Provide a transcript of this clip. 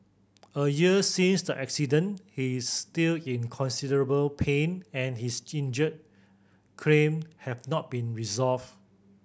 a year since the accident he is still in considerable pain and his injury claim has not been resolved